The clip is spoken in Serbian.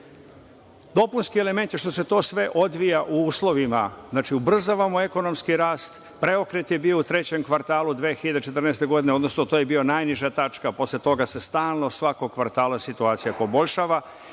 gef. Dopunski elementi je što se to sve odvija u uslovima, znači, ubrzavamo ekonomski rast, preokret je bio u trećem kvartalu 2014. godine, odnosno, to je bila najniža tačka, a posle toga se stalno svakog kvartala situacija poboljšava